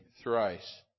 thrice